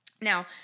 Now